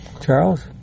Charles